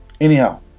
anyhow